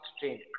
train